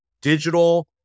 digital